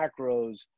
macros